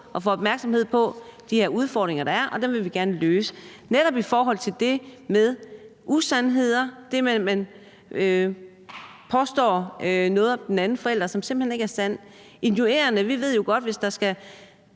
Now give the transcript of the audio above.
at få opmærksomhed på de her udfordringer, der er, og dem vil vi gerne løse. Det er netop i forhold til det her med usandheder og det med, at man påstår noget om den anden forælder, som simpelt hen ikke er sandt, men er injurierende. Vi ved jo godt, at hvis der skal